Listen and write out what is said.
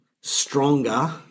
stronger